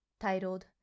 titled